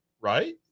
right